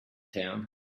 town